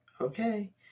Okay